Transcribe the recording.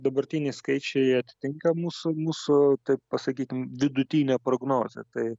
dabartiniai skaičiai atitinka mūsų mūsų taip pasakytum vidutinę prognozę tai